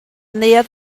neuadd